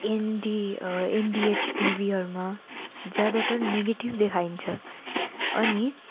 ND एनडिएच टिभिहरूमा ज्यादातर नेगेटिभ देखाइन्छ अनि